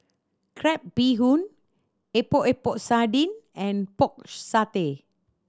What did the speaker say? crab bee hoon Epok Epok Sardin and Pork Satay